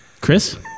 Chris